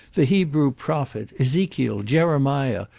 the hebrew prophet, ezekiel, jeremiah,